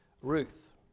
Ruth